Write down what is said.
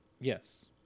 yes